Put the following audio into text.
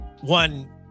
One